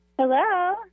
Hello